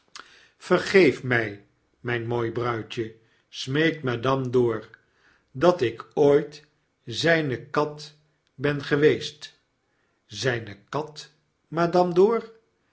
vergeef my mgn mooi bruidje smeekt madame dor dat ik ooit zgne kat ben geweest zijne kat madame dor